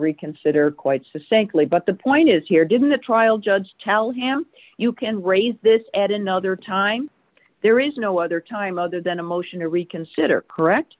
reconsider quite succinctly but the point is here didn't the trial judge tell him you can raise this add another time there is no other time other than a motion to reconsider correct